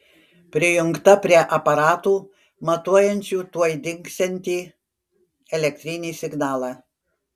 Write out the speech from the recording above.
prijungta prie aparatų matuojančių tuoj dingsiantį elektrinį signalą